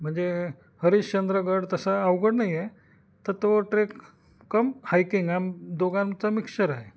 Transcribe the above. म्हणजे हरिश्चंद्रगड तसा अवघड नाही आहे तर तो ट्रेक कम हायकिंग आम दोघांचं मिक्चर आहे